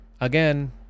again